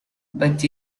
but